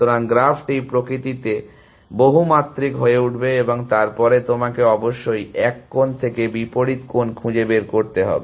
সুতরাং গ্রাফটি প্রকৃতিতে বহুমাত্রিক হয়ে উঠবে এবং তারপরে তোমাকে অবশ্যই এক কোণ থেকে বিপরীত কোণ খুঁজে বের করতে হবে